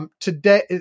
Today